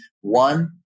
One